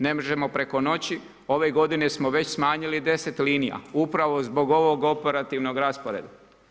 Ne možemo preko noći, ove g. smo već smanjili 10 linija, upravo zbog ovog operativnog rasporeda.